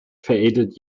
veredelt